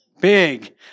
Big